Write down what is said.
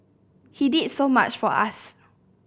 he did so much for us